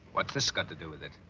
what's this got to do with it?